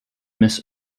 miss